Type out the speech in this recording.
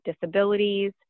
disabilities